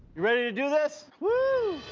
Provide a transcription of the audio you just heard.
you ready to do this? woo!